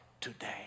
today